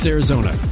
Arizona